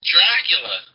Dracula